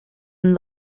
and